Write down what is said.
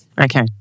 Okay